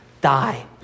die